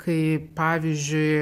kaip pavyzdžiui